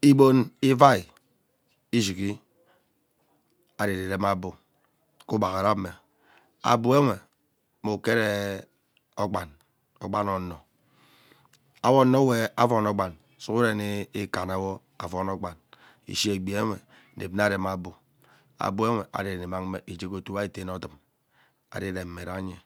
Igbon ivaii ishighe ari mu rem abu ke ugbagharame abunwe mme uket eee okpan, okpanee ono awo ono we avong akpem sughurenee ikama wo avong akpan ishi egbenwe inep nna arem abu, abu nwe ari nnimang mme igee otuo wee ari tene odum ari rem me ranye